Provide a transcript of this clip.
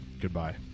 Goodbye